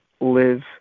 live